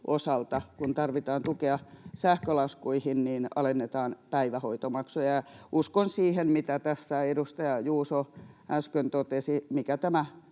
että kun tarvitaan tukea sähkölaskuihin, niin alennetaan päivähoitomaksuja. Uskon siihen, mitä tässä edustaja Juuso äsken totesi, mikä tämä